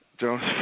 Jones